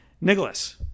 Nicholas